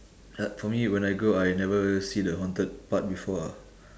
for me when I go I never see the haunted part before ah